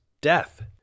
death